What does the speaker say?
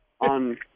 on